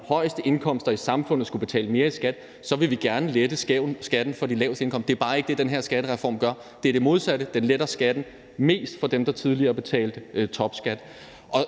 højeste indkomster i samfundet skulle betale mere i skat, så vil vi gerne lette skatten for dem med de laveste indkomster. Det er bare ikke det, den her skattereform gør. Det er det modsatte: Den letter skatten mest for dem, der tidligere betalte topskat.